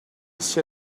sia